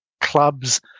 clubs